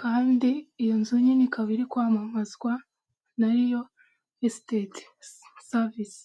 kandi iyo nzu nini ikaba iri kwamamazwa na riyo esitete savise.